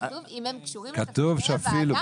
כתוב אם הם קשורים לתפקידי הוועדה.